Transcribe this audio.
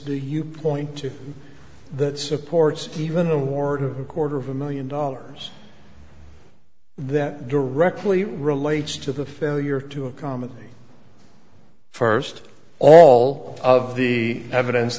do you point to that supports even award a quarter of a million dollars that directly relates to the failure to accommodate first all of the evidence